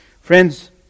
Friends